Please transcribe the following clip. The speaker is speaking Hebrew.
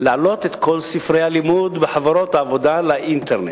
להעלות את כל ספרי הלימוד וחוברות העבודה לאינטרנט.